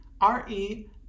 R-E